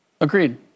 Agreed